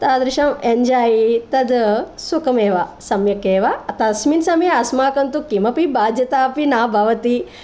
तादृशम् एञ्जाय् तत् सुखमेव सम्यक् एव तस्मिन् समये अस्माकं तु किमपि बाध्यता अपि न भवति